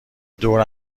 دور